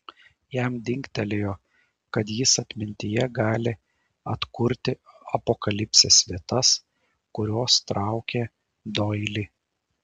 jam dingtelėjo kad jis atmintyje gali atkurti apokalipsės vietas kurios traukė doilį